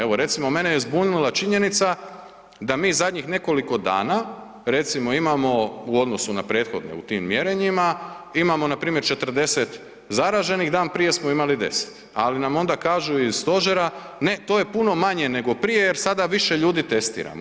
Evo, recimo mene je zbunila činjenica da mi zadnjih nekoliko dana recimo imamo u odnosu na prethodne u tim mjerenjima, imamo npr. 40 zaraženih, dan prije smo imali 10, ali nam onda kažu iz stožera, ne to je puno manje nego prije jer sada više ljudi testiramo.